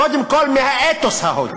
קודם כול, מהאתוס ההודי.